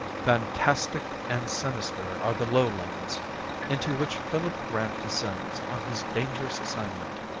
fantastic and sinister are the lowlands into which philip grant descends on his dangerous assignment.